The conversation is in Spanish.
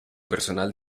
personal